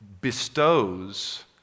bestows